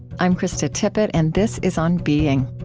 i'm krista tippett, and this is on being